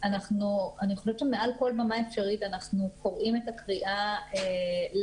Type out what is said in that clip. אני חושבת שמעל כל במה אפשרית אנחנו קוראים את הקריאה לקדם